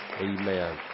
Amen